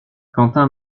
quentin